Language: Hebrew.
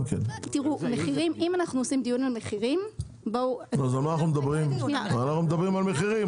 אם אנחנו עושים דיון על מחירים --- אנחנו מדברים על מחירים,